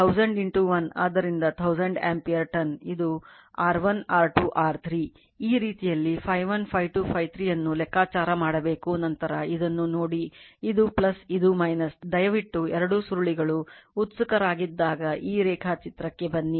ಆದ್ದರಿಂದ 1000 ampere turn ಇದು R1 R2 R3 ಈ ರೀತಿಯಲ್ಲಿ Φ1 Φ2 Φ3 ಅನ್ನು ಲೆಕ್ಕಾಚಾರ ಮಾಡಬೇಕು ನಂತರ ಇದನ್ನು ನೋಡಿ ಇದು ಇದು ದಯವಿಟ್ಟು ಎರಡೂ ಸುರುಳಿಗಳು ಉತ್ಸುಕರಾಗಿದ್ದಾಗ ಈ ರೇಖಾಚಿತ್ರಕ್ಕೆ ಬನ್ನಿ